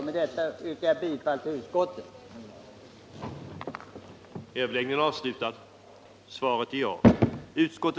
Med det sagda yrkar jag bifall till utskottets hemställan.